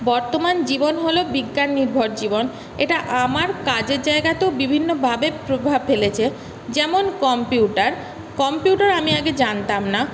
বর্তমান জীবন হলো বিজ্ঞান নির্ভর জীবন এটা আমার কাজের জায়গাতেও বিভিন্নভাবে প্রভাব ফেলেছে যেমন কম্পিউটার কম্পিউটার আমি আগে জানতাম না